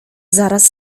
zaraz